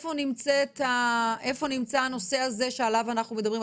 איפה נמצא הנושא הזה שעליו אנחנו מדברים.